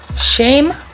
Shame